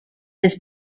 his